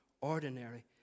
ordinary